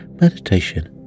meditation